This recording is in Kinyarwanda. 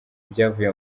ibyavuye